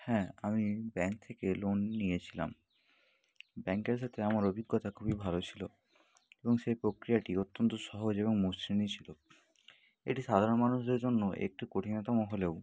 হ্যাঁ আমি ব্যাংক থেকে লোন নিয়েছিলাম ব্যাংকের সাথে আমার অভিজ্ঞতা খুবই ভালো ছিল এবং সেই প্রক্রিয়াটি অত্যন্ত সহজ এবং মসৃণই ছিল এটি সাধারণ মানুষদের জন্য একটু কঠিনতম হলেও